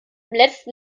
letzten